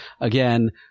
again